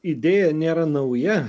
idėja nėra nauja